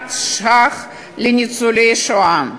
מיליארד שקל לניצולי שואה.